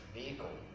vehicle